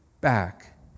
back